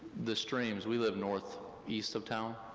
the streams, we live northeast of town,